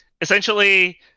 essentially